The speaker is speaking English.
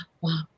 wow